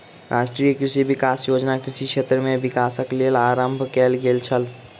राष्ट्रीय कृषि विकास योजना कृषि क्षेत्र में विकासक लेल आरम्भ कयल गेल छल